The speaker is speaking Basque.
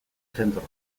zentroa